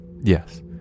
Yes